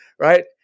right